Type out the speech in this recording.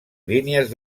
línies